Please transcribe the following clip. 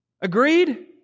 Agreed